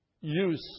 use